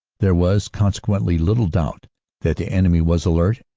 there was consequently little doubt that the enemy was alert,